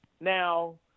Now